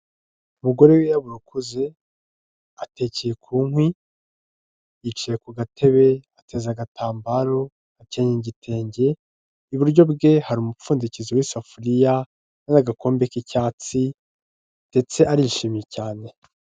Umugore wirabura ukuze atekeye ku nkwi, yicaye ku gatebe, ateze agatambaro, akenyeye igitenge, iburyo bwe hari umupfundikizo w'isafuriya n'agakombe k'icyatsi, ndetse arishimye cyane.